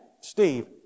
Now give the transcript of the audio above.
Steve